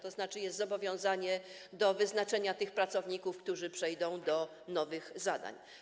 To znaczy, że jest zobowiązanie do wyznaczenia pracowników, którzy przejdą do nowych zadań.